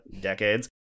decades